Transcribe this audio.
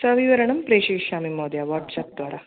सविवरणं प्रेशयिष्यामि महोदय वाट्सप् द्वारा